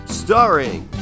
Starring